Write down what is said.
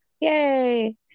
yay